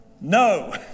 no